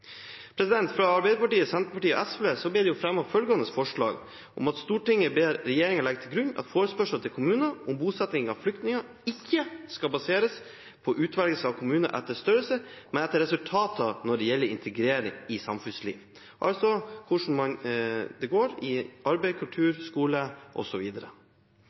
Fra Arbeiderpartiet, Senterpartiet og SV ble det fremmet følgende forslag: «Stortinget ber regjeringen legge til grunn at forespørsel til kommunene om bosetting av flyktninger ikke skal baseres på utvelgelse av kommuner etter størrelse, men etter resultater når det gjelder integrering i samfunnsliv.» Det dreier seg altså om hvordan det går – i arbeid, kultur, skole